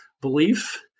belief